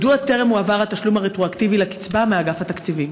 מדוע טרם הועבר התשלום הרטרואקטיבי לקצבה מאגף התקציבים?